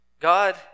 God